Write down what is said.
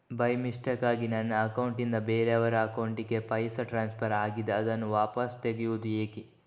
By ಮಿಸ್ಟೇಕಾಗಿ ನನ್ನ account ನಿಂದ ಬೇರೆಯವರ ಅಕೌಂಟ್ ಗೆ ಪೈಸೆ ಟ್ರಾನ್ಸ್ಫರ್ ಆಗಿದೆ ಅದನ್ನು ವಾಪಸ್ ತೆಗೆಯೂದು ಹೇಗೆ?